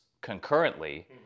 concurrently